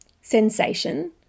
sensation